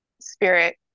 spirit